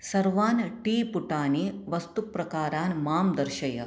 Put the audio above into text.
सर्वान् टीपुटानि वस्तुप्रकारान् मां दर्शय